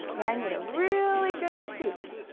and then i made a really good crease.